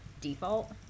default